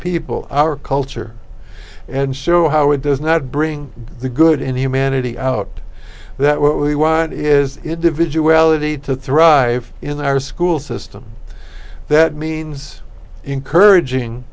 people our culture and show how it does not bring the good in humanity out that what we want is a division well a t to thrive in our school system that means encouraging